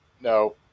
no